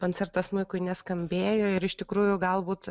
koncertas smuikui neskambėjo ir iš tikrųjų galbūt